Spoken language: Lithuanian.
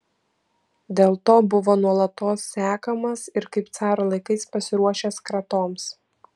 dėl to buvo nuolatos sekamas ir kaip caro laikais pasiruošęs kratoms